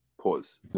Pause